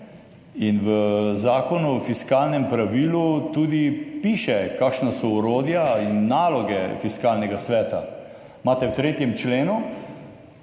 In v Zakonu o fiskalnem pravilu tudi piše, kakšna so orodja in naloge Fiskalnega sveta. Imate v 3. členu